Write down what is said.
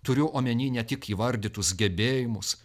turiu omeny ne tik įvardytus gebėjimus